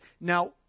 now